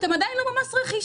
הם לא משלמים מס רכישה.